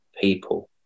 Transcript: people